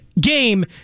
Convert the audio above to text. game